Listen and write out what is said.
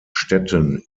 städten